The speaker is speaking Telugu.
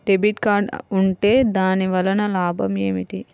డెబిట్ కార్డ్ ఉంటే దాని వలన లాభం ఏమిటీ?